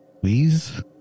Please